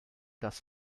das